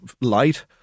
light